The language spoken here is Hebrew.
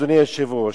אדוני היושב-ראש,